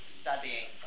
studying